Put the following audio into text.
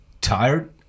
tired